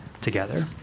together